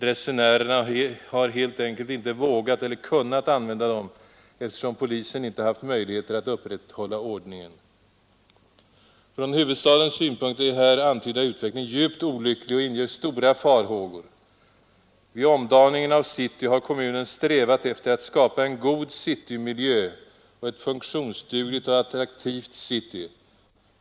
Resenärer har helt enkelt inte vågat eller kunnat använda dem eftersom polisen inte haft möjligheter att upprätthålla ordningen. Från huvudstadens synpunkt är här antydda utveckling djupt olycklig och inger stora farhågor. Vid omdaningen av city har kommunen strävat efter att skapa en god citymiljö och ett funktionsdugligt och attraktivt city.